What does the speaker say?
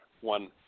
one